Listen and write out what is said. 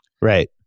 Right